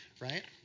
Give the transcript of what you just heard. right